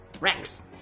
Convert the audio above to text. Rex